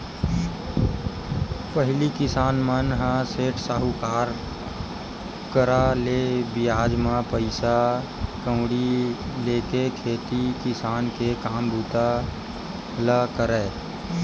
पहिली किसान मन ह सेठ, साहूकार करा ले बियाज म पइसा कउड़ी लेके खेती किसानी के काम बूता ल करय